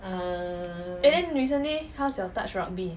and then recently how's your touch rugby